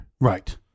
Right